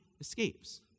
escapes